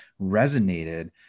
resonated